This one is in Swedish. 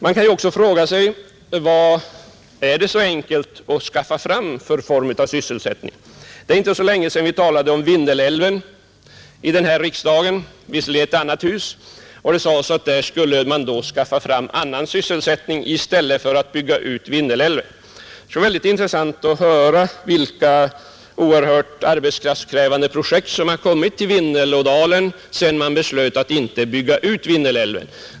Man kan också fråga sig om det är så enkelt att skaffa fram en annan form av sysselsättning. Det är inte så länge sedan vi talade om Vindelälven i denna riksdag — visserligen i ett annat hus — och vi sade oss då att där skulle man skaffa fram annan sysselsättning i stället för att bygga ut älven. Det skulle vara intressant att höra vilka oerhört arbetskraftkrävande projekt som kommit till i Vindelådalen sedan man beslöt att inte bygga ut älven.